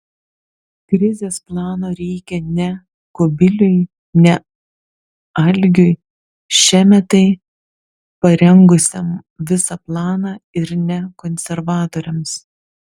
krizės plano reikia ne kubiliui ne algiui šemetai parengusiam visą planą ir ne konservatoriams